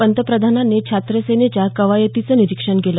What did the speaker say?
पंतप्रधानांनी छात्रसेनेच्या कवायतीचं निरीक्षण केलं